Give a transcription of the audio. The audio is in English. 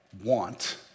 want